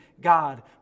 God